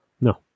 No